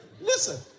listen